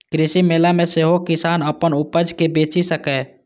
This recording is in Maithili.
कृषि मेला मे सेहो किसान अपन उपज कें बेचि सकैए